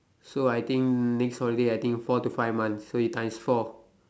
so I think next holiday I think next four to five months so you times four